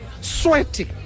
sweating